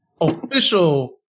official